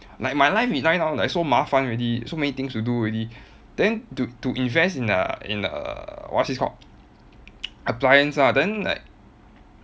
like my life already now like so 麻烦 already so many things to do already then to to invest in a in a what's this called appliance ah then like